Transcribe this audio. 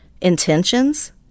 intentions